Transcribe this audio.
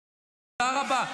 תודה רבה.